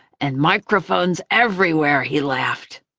and microphones everywhere, he laughed.